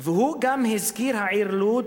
הוא גם הזכיר את העיר לוד,